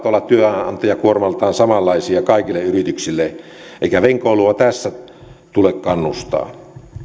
olla työnantajakuormaltaan samanlaisia kaikille yrityksille eikä venkoilua tässä tule kannustaa